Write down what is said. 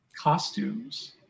costumes